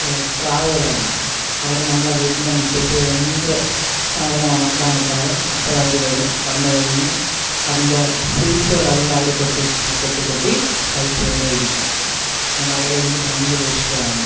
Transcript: പ്രാവുകളെയാണ് അവർ നമ്മളെ വീട്ടിൻ്റെ മുറ്റത്ത് എന്ത് സാധനം ഉണക്കാൻ ഇട്ടാലും അപ്പോഴവര് വരും വന്നുകഴിഞ്ഞ് അതിൻ്റെ സീഡ്സുകളെല്ലാം അവര് കൊത്തി കൊത്തി കൊത്തി കഴിച്ചു കൊണ്ടേ ഇരിക്കും അതുകൊണ്ട് അവരെ എനിക്ക് ഭയങ്കര ഇഷ്ടമാണ്